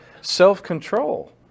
self-control